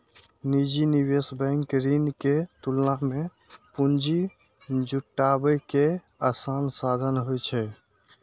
निजी निवेश बैंक ऋण के तुलना मे पूंजी जुटाबै के आसान साधन होइ छै